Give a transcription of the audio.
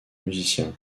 musicien